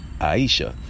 Aisha